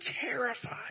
terrified